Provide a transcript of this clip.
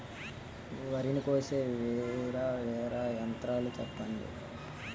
వరి ని కోసే వేరా వేరా యంత్రాలు చెప్పండి?